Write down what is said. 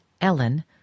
Ellen